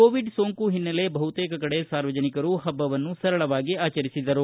Covid ಸೋಂಕು ಹಿನ್ನಲೆ ಬಹುತೇಕ ಕಡೆ ಸಾರ್ವಜನಿಕರು ಪಬ್ಲವನ್ನು ಸರಳವಾಗಿ ಆಚರಿಸಿದರು